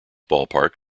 ballpark